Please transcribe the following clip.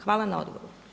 Hvala na odgovoru.